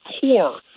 core